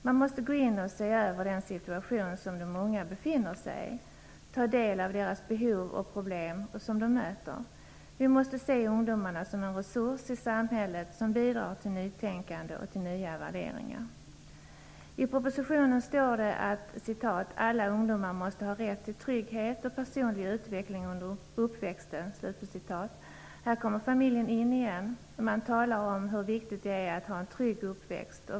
Man måste gå in och se över den situation som de unga befinner sig i, ta del av deras behov och problem som de möter. Vi måste se ungdomarna som en resurs i samhället som bidrar till nytänkande och till nya värderingar. I propositionen står det att ''alla ungdomar måste ha rätt till trygghet och personlig utveckling under uppväxten''. Här kommer familjen in igen. Man talar om hur viktigt det är att ha en trygg uppväxt.